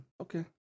okay